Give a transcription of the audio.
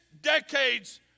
decades